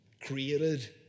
Created